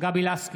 גבי לסקי,